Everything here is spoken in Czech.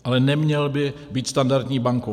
Ale neměl by být standardní bankou.